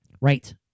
Right